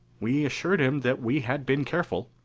we assured him that we had been careful.